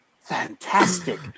Fantastic